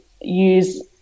use